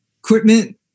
equipment